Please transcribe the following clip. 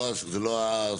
לא, זה לא הנושא.